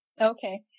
Okay